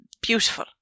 beautiful